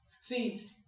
See